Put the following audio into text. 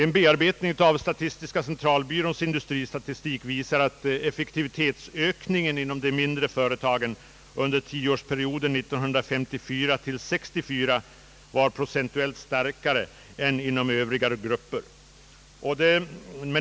En bearbetning av statistiska centralbyråns industristatistik visar att effektivitetsökningen inom de mindre företagen under tioårsperioden 1954—1964 var procentuellt starkare än inom Övriga grupper.